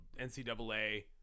NCAA